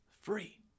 free